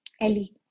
Ellie